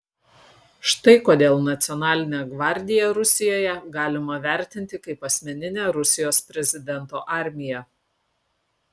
štai kodėl nacionalinę gvardiją rusijoje galima vertinti kaip asmeninę rusijos prezidento armiją